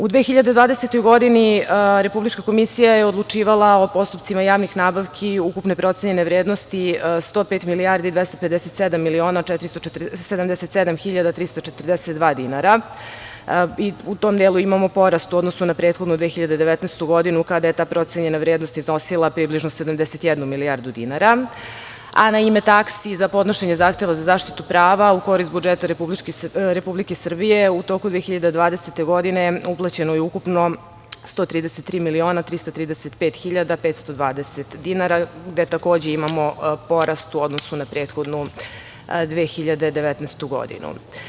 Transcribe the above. U 2020. godini, Republička komisija je odlučivala o postupcima javnih nabavki, ukupne procenjene vrednosti 105 milijardi 257 miliona 477 hiljada 342 dinara, u tom delu imamo porast, u odnosu na prethodnu 2019. godinu, kada je ta procenjena vrednost iznosila približno 71 milijardu dinara, a na ime taksi za podnošenje zahteva za zaštitu prava, u korist budžeta Republike Srbije, u toku 2020. godine, uplaćeno je ukupno 133 miliona 335 hiljada 520 dinara, gde takođe imamo porast, u odnosu na prethodnu 2019. godinu.